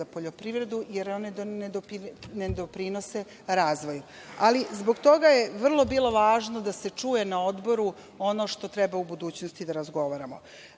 za poljoprivredu, jer one ne doprinose razvoju. Zbog toga je bilo važno da se čuje na odboru ono što treba u budućnosti da razgovaramo. Samo